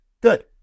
good